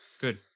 Good